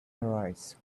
arise